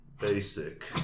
Basic